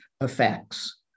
effects